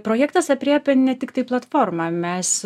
projektas aprėpia ne tiktai platformą mes